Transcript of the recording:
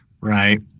Right